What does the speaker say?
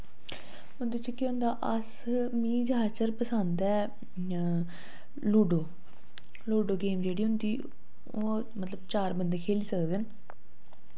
उन्दे च केह् होंदा अस मीं जादातर पसंद ऐ लूड्डो लूड्डो गेम जेह्ड़ी होंदी ओह् मतलव चार बंदे खेल्ली सकदे न